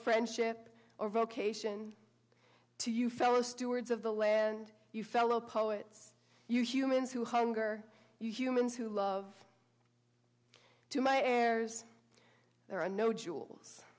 friendship or vocation to you fellow stewards of the land you fellow poets you humans who hunger you humans who love to my heirs there are no jewels